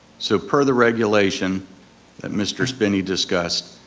so per the regulation that mr. spinney discussed,